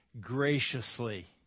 graciously